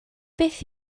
beth